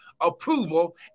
approval